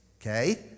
Okay